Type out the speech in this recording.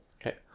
Okay